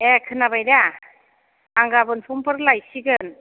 ए खोनाबायदा आं गाबोन समफोर लायसिगोन